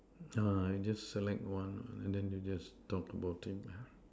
uh just select one and then they just talk about it